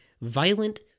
violent